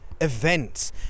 events